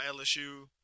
LSU